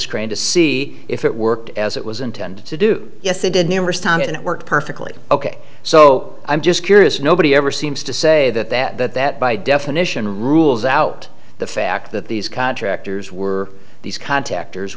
screen to see if it worked as it was intended to do yes it did numerous times and it worked perfectly ok so i'm just curious nobody ever seems to say that that that that by definition rules out the fact that these contractors were these contactors